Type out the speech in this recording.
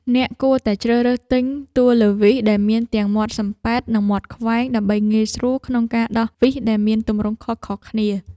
អ្នកគួរតែជ្រើសរើសទិញទួណឺវីសដែលមានទាំងមាត់សំប៉ែត និងមាត់ខ្វែង ដើម្បីងាយស្រួលក្នុងការដោះវីសដែលមានទម្រង់ខុសៗគ្នា។